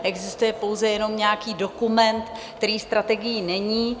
Existuje pouze nějaký dokument, který strategií není.